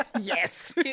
Yes